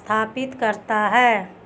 स्थापित करता है